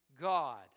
God